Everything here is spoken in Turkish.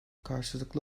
karşılıklı